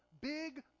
big